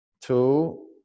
Two